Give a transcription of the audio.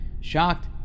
shocked